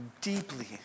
deeply